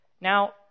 Now